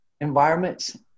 environments